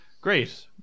great